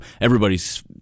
everybody's